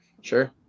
Sure